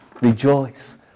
rejoice